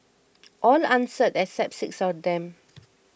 all answered except six of them